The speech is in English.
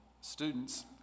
students